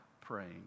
praying